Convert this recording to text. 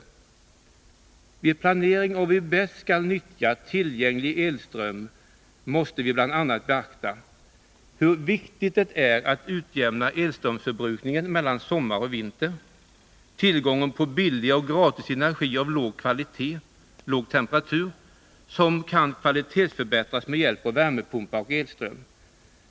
för att ersätta olja Vid planeringen av hur vi bäst skall nyttja tillgänglig elström måste vi bl.a. m.m. ” beakta hur viktigt det är att utjämna elströmsförbrukningen mellan sommar och vinter samt tillgången på billig eller gratis energi av låg kvalitet — låg temperatur — som kan kvalitetsförbättras med hjälp av värmepumpar och elström.